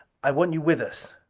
i want you with us.